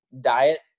diet